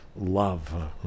love